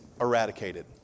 eradicated